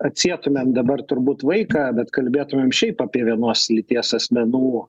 atsietumėm dabar turbūt vaiką bet kalbėtumėm šiaip apie vienos lyties asmenų